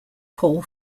paul